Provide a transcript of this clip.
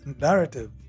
narrative